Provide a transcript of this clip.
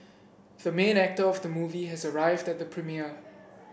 the main actor of the movie has arrived at the premiere